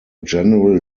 general